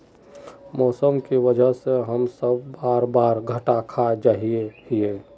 मौसम के वजह से हम सब बार बार घटा खा जाए हीये?